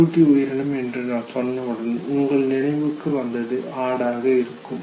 பாலூட்டி உயிரினம் என்று நான் சொன்னவுடன் உங்கள் நினைவுக்கு வந்தது ஆடாக இருக்கும்